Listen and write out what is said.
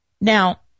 Now